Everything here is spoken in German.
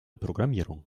programmierung